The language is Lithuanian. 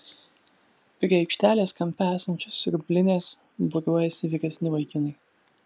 prie aikštelės kampe esančios siurblinės būriuojasi vyresni vaikinai